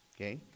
okay